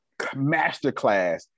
masterclass